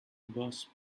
boss